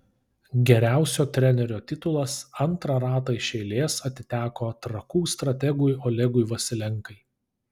geriausio trenerio titulas antrą ratą iš eilės atiteko trakų strategui olegui vasilenkai